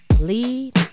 lead